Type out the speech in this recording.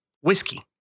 whiskey